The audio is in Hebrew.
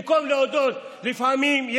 במקום להודות שלפעמים,